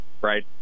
right